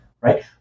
right